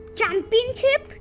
championship